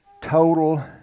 total